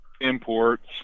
imports